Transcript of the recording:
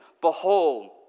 Behold